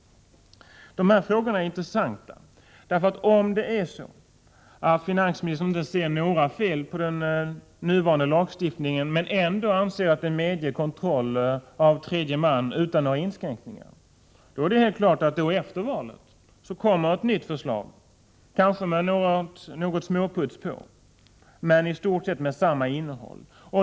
De här frågorna är intressanta, för om det är så att finansministern inte ser några fel på den nuvarande lagstiftningen men ändå anser att den medger kontroll av tredje man utan några inskränkningar, så är det helt klart att efter valet kommer ett nytt förslag, kanske med något ”småputs” men i stort sett med samma innehåll.